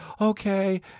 okay